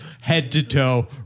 head-to-toe